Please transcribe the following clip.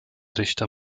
richter